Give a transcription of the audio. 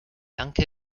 anche